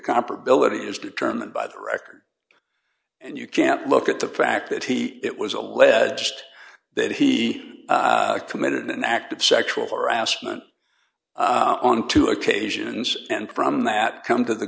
comparability is determined by the record and you can't look at the fact that he it was alleged that he committed an act of sexual harassment on two occasions and from that come to the